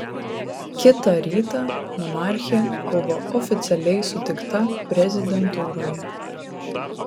kitą rytą monarchė buvo oficialiai sutikta prezidentūroje